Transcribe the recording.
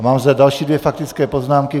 Mám zde další dvě faktické poznámky.